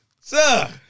Sir